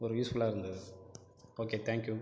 ஒரு யூஸ்ஃபுல்லாக இருந்தது ஓகே தேங்க்யூ